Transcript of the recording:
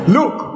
Look